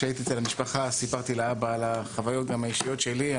כאשר הייתי אצל המשפחה סיפרתי לאבא גם על החוויות האישיות שלי ,